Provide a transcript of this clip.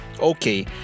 okay